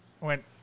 went